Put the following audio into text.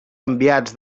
enviats